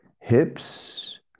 hips